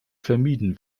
vermieden